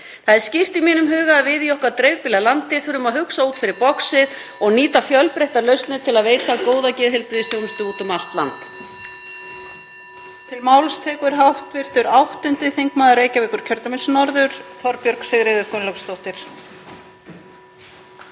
Það er skýrt í mínum huga að við í okkar dreifbýla landi þurfum að hugsa út fyrir boxið (Forseti hringir.) og nýta fjölbreyttar lausnir til að veita góða geðheilbrigðisþjónustu úti um allt land.